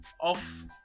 off